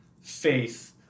faith